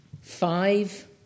five